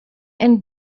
and